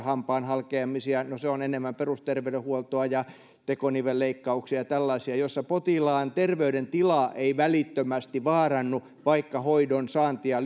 hampaan halkeamisia no se on enemmän perusterveydenhuoltoa ja tekonivelleikkauksia ja tällaisia joissa potilaan terveydentila ei välittömästi vaarannu vaikka hoidonsaantia